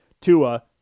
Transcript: Tua